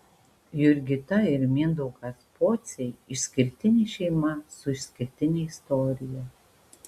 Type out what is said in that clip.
jurgita ir mindaugas pociai išskirtinė šeima su išskirtine istorija